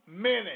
minute